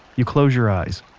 you close your eyes,